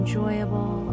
Enjoyable